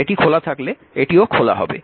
এটি খোলা থাকলে এটিও খোলা হবে